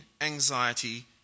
anxiety